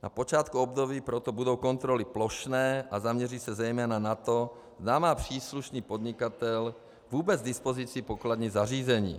Na počátku období proto budou kontroly plošné a zaměří se zejména na to, zda má příslušný podnikatel vůbec k dispozici pokladní zařízení.